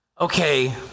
okay